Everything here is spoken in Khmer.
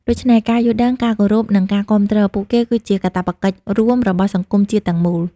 ដូច្នេះ ការយល់ដឹង ការគោរព និងការគាំទ្រ ពួកគេ គឺជា កាតព្វកិច្ចរួមរបស់សង្គមជាតិទាំងមូល។